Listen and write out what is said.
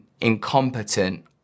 incompetent